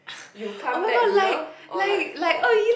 you come back dinner or like like